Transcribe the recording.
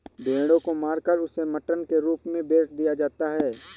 भेड़ों को मारकर उसे मटन के रूप में बेच दिया जाता है